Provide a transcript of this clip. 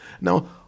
Now